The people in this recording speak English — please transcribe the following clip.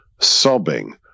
sobbing